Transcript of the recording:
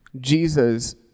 Jesus